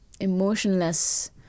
emotionless